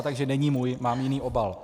Takže není můj, mám jiný obal.